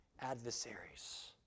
adversaries